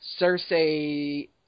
Cersei